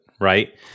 right